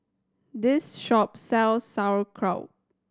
this shop sells Sauerkraut